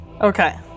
Okay